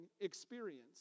experience